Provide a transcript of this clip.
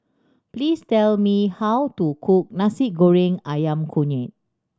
please tell me how to cook Nasi Goreng Ayam Kunyit